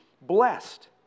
blessed